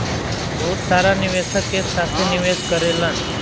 बहुत सारा निवेशक एक साथे निवेश करेलन